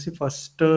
first